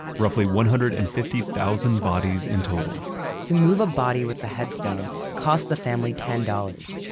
roughly one hundred and fifty thousand bodies in total to move a body with the headstone cost the family ten dollars,